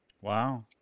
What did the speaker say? Wow